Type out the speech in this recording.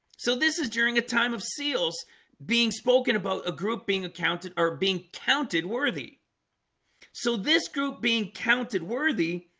so this is during a time of seals being spoken about a group being accounted or being counted worthy so this group being counted worthy,